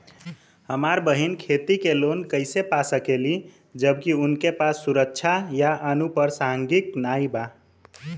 हमार बहिन खेती के लोन कईसे पा सकेली जबकि उनके पास सुरक्षा या अनुपरसांगिक नाई बा?